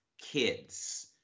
kids